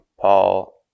Paul